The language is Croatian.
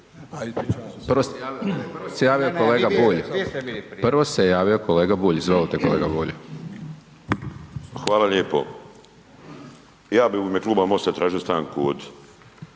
Prvo se javio kolega Bulj, izvolite kolega Bulj. **Bulj, Miro (MOST)** Hvala lijepo. Ja bih u ime Kluba Mosta tražio stanku od